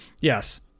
Yes